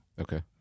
okay